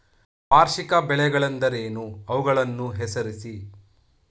ವಾರ್ಷಿಕ ಬೆಳೆಗಳೆಂದರೇನು? ಅವುಗಳನ್ನು ಹೆಸರಿಸಿ?